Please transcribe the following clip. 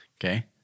Okay